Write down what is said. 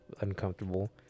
uncomfortable